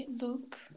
look